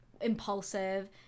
impulsive